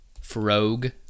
Frog